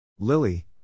Lily